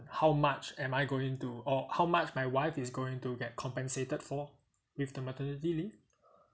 how much am I going to or how much my wife is going to get compensated for with the maternity leave